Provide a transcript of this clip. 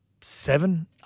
seven